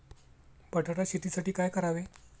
बटाटा शेतीसाठी काय करावे?